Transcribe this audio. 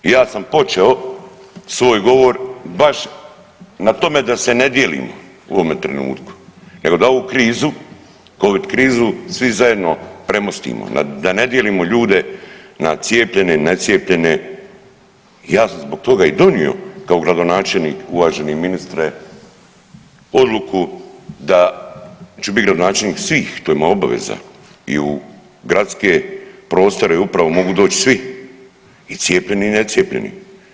I ja sam počeo svoj govor baš na tome da se ne dijelimo u ovome trenutku nego ovu krizu, Covid krizu svi zajedno premostimo, da ne dijelimo ljude na cijepljene i necijepljene, i ja sam zbog toga i donio kao gradonačelnik uvaženi ministre odluku da ću biti gradonačelnik svih, to je moja obaveza i u gradske prostore i u upravu mogu doći svi i cijepljeni i necijepljeni.